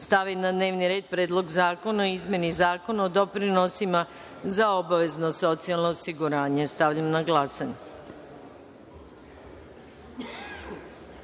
stavi na dnevni red Predlog zakona o izmeni Zakona o doprinosima za obavezno socijalno osiguranje. Stavljam na